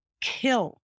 kill